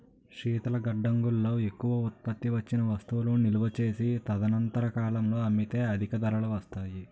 శీతల గడ్డంగుల్లో ఎక్కువ ఉత్పత్తి వచ్చిన వస్తువులు నిలువ చేసి తదనంతర కాలంలో అమ్మితే అధిక ధరలు వస్తాయి